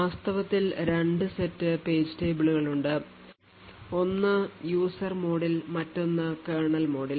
വാസ്തവത്തിൽ രണ്ട് set page ടേബിളുകളുണ്ട് ഒന്ന് user മോഡിൽ മറ്റൊന്ന് കേർണൽ മോഡിൽ